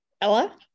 Ella